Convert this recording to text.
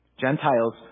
Gentiles